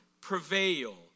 prevail